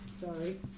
Sorry